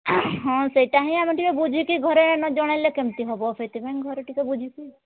ହଁ ସେଇଟା ହିଁ ଆମେ ଟିକିଏ ବୁଝିକି ଘରେ ନ ଜଣେଇଲେ କେମିତି ହେବ ସେଥିପାଇଁ ଘରେ ଟିକିଏ ବୁଝିକି